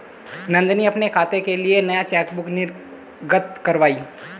नंदनी अपने खाते के लिए नया चेकबुक निर्गत कारवाई